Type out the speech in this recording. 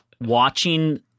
watching